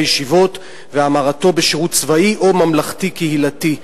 ישיבות ולהמרתו בשירות צבאי או ממלכתי-קהילתי.